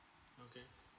okay